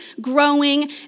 growing